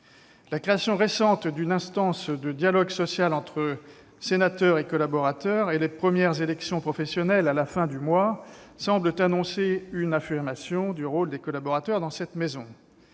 La création récente d'une instance de dialogue social entre sénateurs et collaborateurs ainsi que les premières élections professionnelles à la fin du mois semblent annoncer une affirmation du rôle des collaborateurs dans cette maison.